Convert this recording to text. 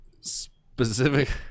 Specific